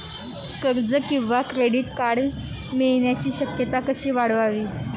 कर्ज किंवा credit card मिळण्याची शक्यता कशी वाढवावी?